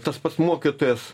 tas pats mokytojas